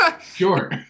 sure